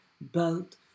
belt